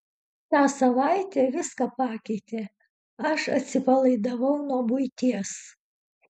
ta savaitė viską pakeitė aš atsipalaidavau nuo buities